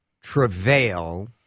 Travail